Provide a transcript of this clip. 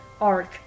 arc